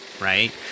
Right